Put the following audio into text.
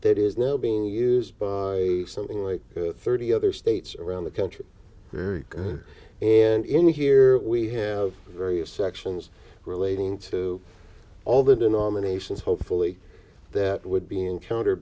that is now being is something like thirty other states around the country very good and in here we have various sections relating to all the denominations hopefully that would be encounter